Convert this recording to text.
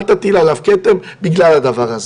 אל תטיל עליו כתם בגלל הדבר הזה'.